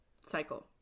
Cycle